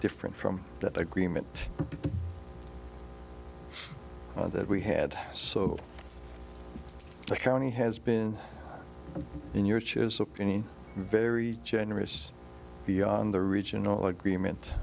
different from that agreement that we had so the county has been in your chosen any very generous beyond the regional agreement